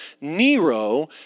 Nero